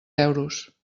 euros